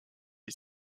est